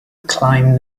climbed